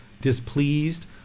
displeased